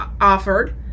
offered